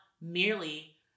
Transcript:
merely